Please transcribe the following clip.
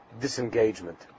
disengagement